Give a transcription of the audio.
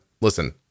listen